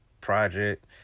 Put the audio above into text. project